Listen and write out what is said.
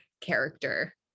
character